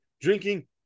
drinking